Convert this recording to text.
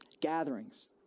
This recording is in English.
gatherings